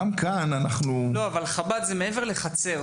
גם כאן אנחנו --- אבל חב"ד זה מעבר לחצר.